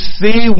see